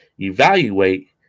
evaluate